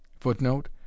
footnote